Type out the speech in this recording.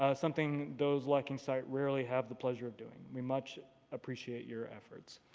ah something those lacking sight rarely have the pleasure of doing. we much appreciate your efforts.